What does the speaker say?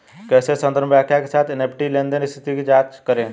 कैसे संदर्भ संख्या के साथ एन.ई.एफ.टी लेनदेन स्थिति की जांच करें?